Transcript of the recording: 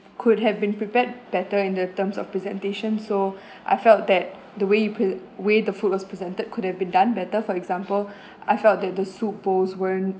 could have been prepared better in the terms of presentations so I felt that the way you pre~ way the food was presented could have been done better for example I felt that the soup bowls weren't